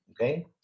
okay